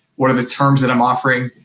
what are the terms that i'm offering?